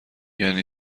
یعنی